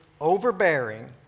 overbearing